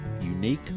unique